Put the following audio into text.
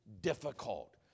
difficult